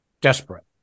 desperate